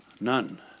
None